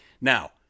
Now